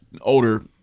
older